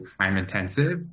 time-intensive